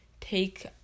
take